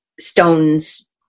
stones